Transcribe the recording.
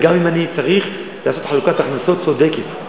וגם אם אני צריך לעשות חלוקת הכנסות צודקת.